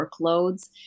workloads